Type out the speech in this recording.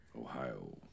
Ohio